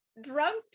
drunk